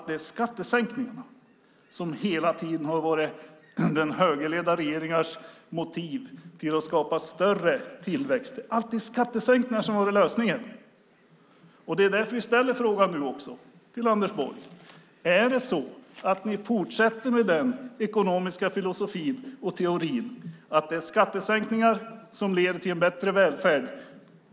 Det är skattesänkningarna som hela tiden har varit högerledda regeringars motiv till att skapa större tillväxt. Det har alltid handlat om skattesänkningar. Det är lösningen. Det är därför vi ställer frågan Anders Borg: Är det så att ni fortsätter med den ekonomiska filosofin att det är skattesänkningar som leder till en bättre välfärd?